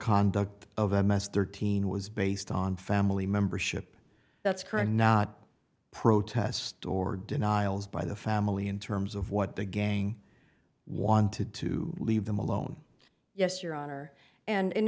conduct of m s thirteen was based on family membership that's current not protest or denials by the family in terms of what the gang wanted to leave them alone yes your honor and in